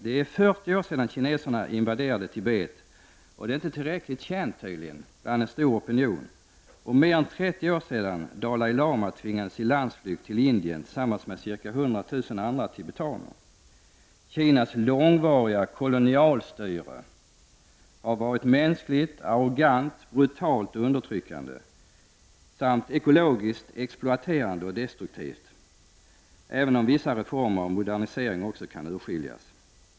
Det är fyrtio år sedan kineserna invanrade Tibet och det är tydligen inte tillräckligt känt bland den stora oponionen. Det är mer än trettio år sedan Dalai Lama tvingades i landsflykt till Indien tillsammans med ca 100 000 andra tibetaner. Kinas långvariga kolonialstyrelse har varit mänskligt arrogant, brutalt, undertryckande samt ekologiskt exploaterande och destruktivt, även om vissa reformer och modernisering också kan urskiljas.